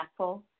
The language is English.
impactful